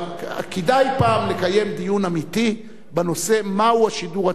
אבל כדאי פעם לקיים דיון אמיתי בשאלה מה הוא השידור הציבורי.